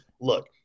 Look